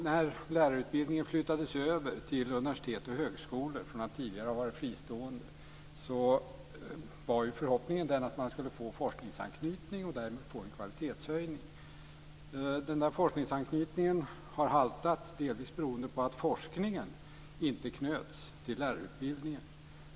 När lärarutbildningen flyttades över till universitet och högskolor från att tidigare ha varit fristående, var förhoppningen den att man skulle få forskningsanknytning och därmed få en kvalitetshöjning. Den här forskningsanknytningen har haltat, delvis beroende på att forskningen inte knöts till lärarutbildningen.